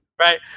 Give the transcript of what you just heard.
Right